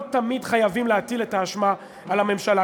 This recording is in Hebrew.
לא תמיד חייבים להטיל את האשמה על הממשלה.